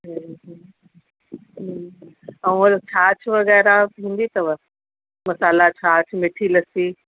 हूं हूं हूं ऐं वरी छाछ वगै़रह हूंदी अथव मसाला छाछ मिट्ठी लस्सी